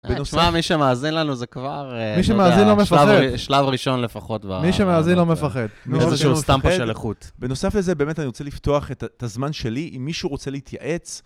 תשמע, מי שמאזין לנו זה כבר... מי שמאזין לא מפחד. שלב ראשון לפחות. מי שמאזין לא מפחד. איזשהו סטמפה של איכות. בנוסף לזה, באמת אני רוצה לפתוח את הזמן שלי, אם מישהו רוצה להתייעץ.